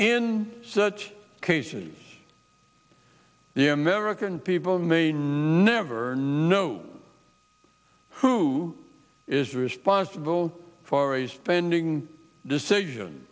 in such cases the american people may never know who is responsible for a spending decision